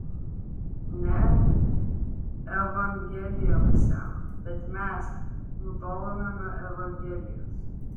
ne evangelija paseno bet mes nutolome nuo evangelijos